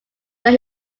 that